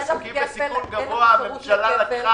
עסקים בסיכון גבוה, הממשלה נתנה,